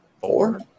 four